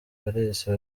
palisse